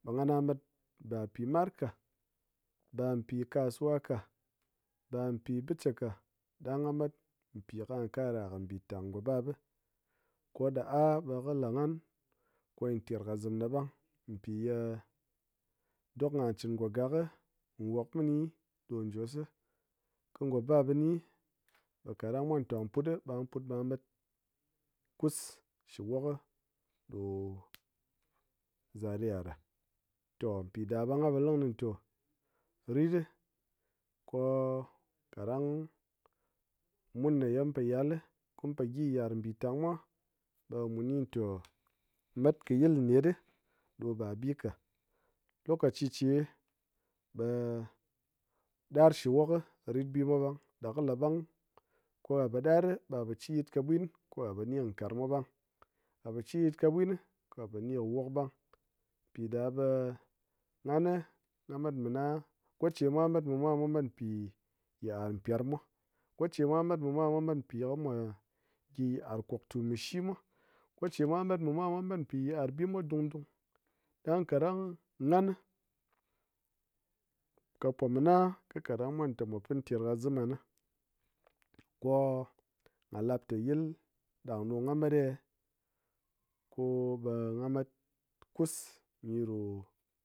Ɓe ghan a met ba mpi mar ka ba mpi kasuwa ka ba mpi biche ka, ɗang a mat mpi ka kara mbitang ngo bap ko da a ɓe kɨ le ghan ko nyi ter kɨ zɨm na ɓang mpi ye dok gha chin ngo gak nwok mɨni ɗo jos, kɨ ngo bab kɨni ɓe káɗang mwan ta put ɓa met kus shi wok ɗo zaria ɗa toh mpi ɗa ɓe ghan po le kɨné nté rit ko káɗang mun ne ye mun po yal ko mun po gyi yit'ar mbitang mwa ɓe muni nté mat kɨ yil net ɗo ba bika lokaci che ɓe dar shi wok rit bi mwa ɓang ɗa kɨ le ɓang ko gha po ɗar ɓe ghà po chir yit ka bwin ko ghá po ni nkarng mwa ɓang ghá po chir yit ka bwin ko ghá po ni kɨ wok ɓang, mpi ɗa ɓe ghan gha mat mɨna goche mwa mat mɨmwa mwa mat npi yit'ar mpérm mwa goche mwa mat mɨmwa mwa mat npi ye kɨ mwa gyi yit'ar koktu mé shi mwa goche mwa mat mɨmwa mwa mat npi yit'ar bi mwa dungdung ɗang káɗang ghan ka po mɨna ké káɗang mwa té mwa pɨn ter kɨ zem ghán ko gha lap té yil ɗand ɗo gha met ɗi eh, ko ɓe gha mat kus nyi ɗo